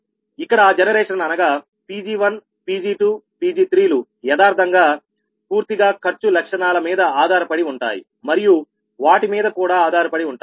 అక్కడ ఆ జనరేషన్ అనగాPg1 Pg2 Pg3లు యదార్ధంగాపూర్తిగా ఖర్చు లక్షణాల మీద ఆధారపడి ఉంటాయి మరియు వాటి మీద కూడా ఆధారపడి ఉంటాయి